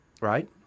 Right